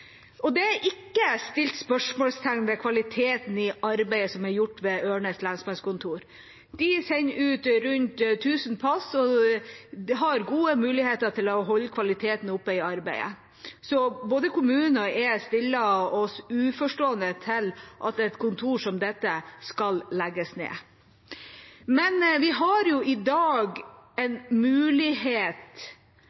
betydelig. Det er ikke satt spørsmålstegn ved kvaliteten på arbeidet som har blitt gjort ved Ørnes lensmannskontor. De sender ut rundt 1 000 pass og har gode muligheter til å holde kvaliteten på arbeidet oppe, så både kommunen og jeg stiller oss uforstående til at et kontor som dette skal legges ned. Vi har i dag en